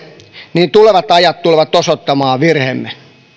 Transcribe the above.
niin tulevat ajat tulevat osoittamaan virheemme